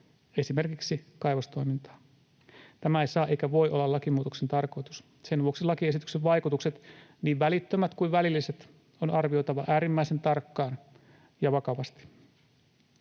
esimerkiksi kaivostoimintaa. Tämä ei saa eikä voi olla lakimuutoksen tarkoitus. Sen vuoksi lakiesityksen vaikutukset, niin välittömät kuin välilliset, on arvioitava äärimmäisen tarkkaan ja vakavasti.